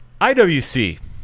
IWC